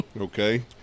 okay